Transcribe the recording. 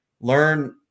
Learn